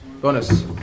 Bonus